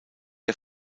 der